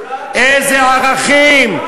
איזה ערכים?